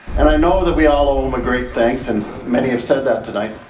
and i know that we all owe him a great thanks, and many have said that tonight.